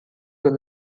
the